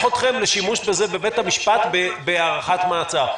אתכם לשימוש בזה בבית המשפט בהארכת מעצר.